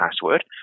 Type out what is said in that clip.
password